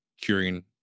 curing